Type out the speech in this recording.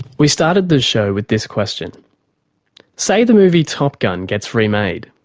we started the show with this question say the movie top gun gets remade,